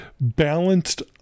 balanced